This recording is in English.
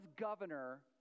governor